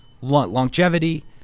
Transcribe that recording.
longevity